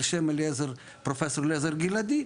על שם פרופסור אלעזר גלעדי,